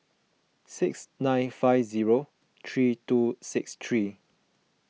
six nine five zero three two six three